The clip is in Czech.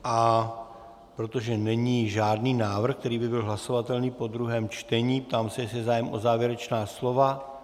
A protože není žádný návrh, který by byl hlasovatelný po druhém čtení, ptám se, jestli je zájem o závěrečná slova.